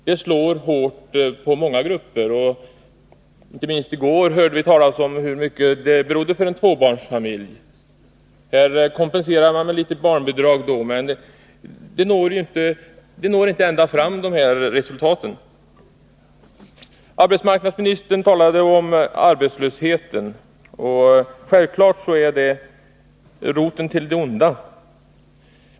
Det slår hårt mot många grupper. Inte minst i går hörde vi talas om hur mycket detta betydde för en tvåbarnsfamilj. Här kompenserar man då med litet barnbidrag, men man når inte ända fram med resultaten. Arbetsmarknadsministern talade om arbetslösheten, och självfallet är den roten till det onda.